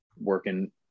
working